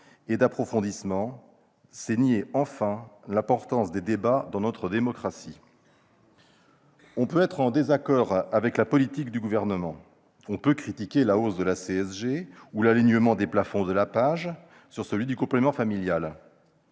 et d'approfondissement. C'est nier, enfin, l'importance des débats dans notre démocratie. On peut être en désaccord avec la politique du Gouvernement ; on peut critiquer la hausse de la CSG ou l'alignement des plafonds de la PAJE sur ceux du complément familial.